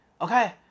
Okay